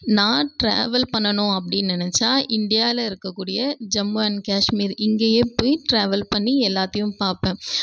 நான் ட்ராவல் பண்ணணும் அப்படின் நினைச்சா இந்தியாவில் இருக்கக்கூடிய ஜம்மு அண்ட் காஷ்மீர் இங்கேயே போய் ட்ராவல் பண்ணி எல்லாத்தேயும் பார்ப்பேன்